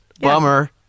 bummer